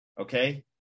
okay